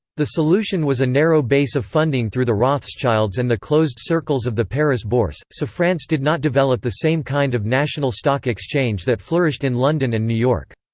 the solution was a narrow base of funding through the rothschilds and the closed circles of the paris bourse, so france did not develop the same kind of national stock exchange that flourished in london and new york.